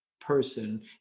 person